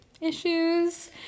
issues